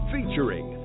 Featuring